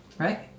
Right